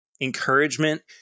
encouragement